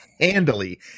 handily